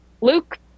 Luke